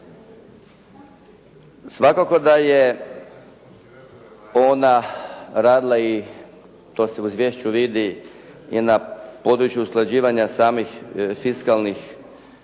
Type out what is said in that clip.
Svakako da je ona radila, i to se u izvješću vidi i na području usklađivanja samih fiskalnih